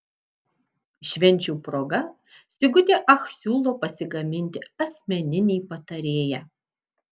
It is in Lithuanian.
švenčių proga sigutė ach siūlo pasigaminti asmeninį patarėją